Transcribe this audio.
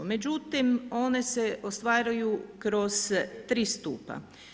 Međutim, one se ostvaruju kroz 3 stupa.